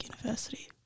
university